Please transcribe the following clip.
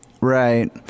Right